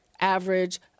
average